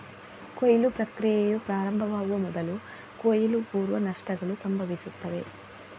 ಕೊಯ್ಲು ಪ್ರಕ್ರಿಯೆಯು ಪ್ರಾರಂಭವಾಗುವ ಮೊದಲು ಕೊಯ್ಲು ಪೂರ್ವ ನಷ್ಟಗಳು ಸಂಭವಿಸುತ್ತವೆ